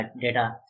data